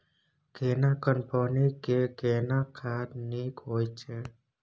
केना कंपनी के केना खाद नीक होय छै?